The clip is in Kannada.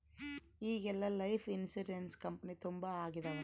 ಈಗೆಲ್ಲಾ ಲೈಫ್ ಇನ್ಸೂರೆನ್ಸ್ ಕಂಪನಿ ತುಂಬಾ ಆಗಿದವ